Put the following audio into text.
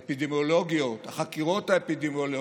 האפידמיולוגיות, החקירות האפידמיולוגיות,